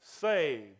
saved